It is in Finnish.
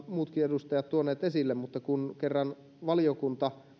muutkin edustajat tuoneet esille mutta kun kerran valiokunta